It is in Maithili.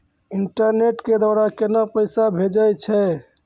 इंटरनेट के द्वारा केना पैसा भेजय छै?